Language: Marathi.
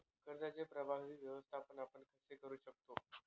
कर्जाचे प्रभावी व्यवस्थापन आपण कसे करु शकतो?